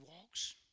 walks